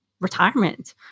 retirement